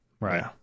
Right